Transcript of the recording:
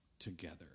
Together